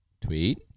Tweet